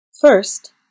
First